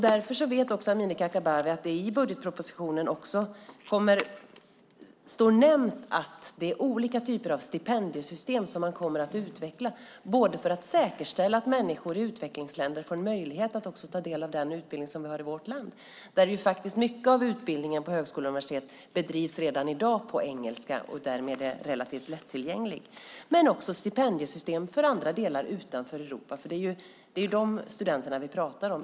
Därför vet också Amineh Kakabaveh att det i budgetpropositionen står nämnt att olika typer av stipendiesystem kommer att utvecklas för att säkerställa att människor i utvecklingsländer får möjlighet att ta del av den utbildning vi har i vårt land. Mycket av utbildningen på högskolor och universitet bedrivs redan i dag på engelska och är därmed relativt lättillgänglig. Det ska också finnas stipendiesystem för andra utanför Europa. Det är de studenterna vi pratar om.